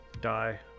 die